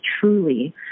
truly